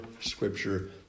scripture